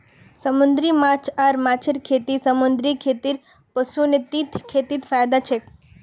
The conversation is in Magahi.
समूंदरी माछ आर गाछेर खेती समूंदरी खेतीर पुश्तैनी खेतीत फयदा छेक